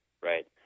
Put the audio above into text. right